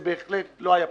זה בהחלט לא היה פשוט.